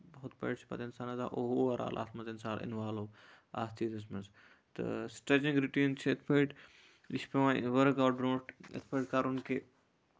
ہُتھ پٲٹھۍ چھُ پَتہٕ اِنسان لَگان اوور آل اَتھ منٛز اِنسان اِنوالو اَتھ چیٖزَس منٛز تہٕ سٔٹریچِنگ روٹیٖن چھِ یِتھ پٲٹھۍ یہِ چھُ پیوان ؤرٕک اَوُٹ برونٹھ یِتھ پٲٹھۍ کَرُن کہِ